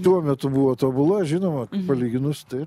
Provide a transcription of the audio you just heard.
tuo metu buvo tobula žinoma palyginus taip